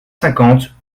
cinquante